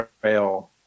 trail